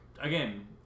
Again